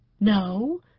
No